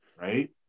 right